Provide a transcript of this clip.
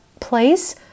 place